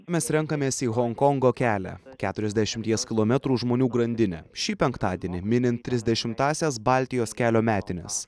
mes renkamės į honkongo kelią keturiasdešimties kilometrų žmonių grandinę šį penktadienį minim trisdešimtąsias baltijos kelio metines